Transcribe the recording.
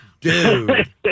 Dude